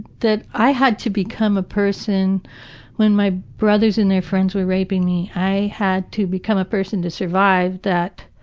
that i had to become the person when my brothers and their friends were raping me, i had to become a person to survive that